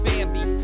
Bambi